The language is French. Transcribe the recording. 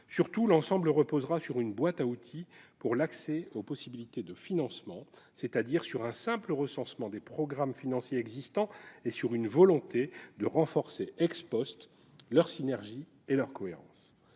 Surtout, l'ensemble reposera sur une « boîte à outils sur l'accès aux possibilités de financement », c'est-à-dire sur un simple recensement des programmes financiers existants et sur une volonté de renforcer leurs synergies et leur cohérence.